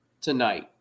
tonight